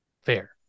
Fair